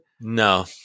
No